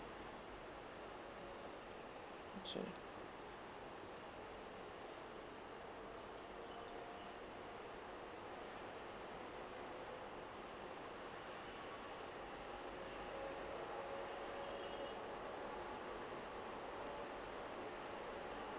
okay